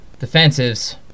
defensives